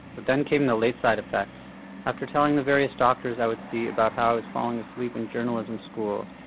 but then came the late side-effects. after telling the various doctors i would see about how i was falling asleep in journalism school,